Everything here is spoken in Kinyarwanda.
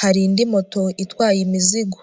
hari indi moto itwaye imizigo.